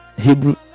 hebrew